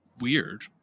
weird